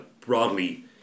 broadly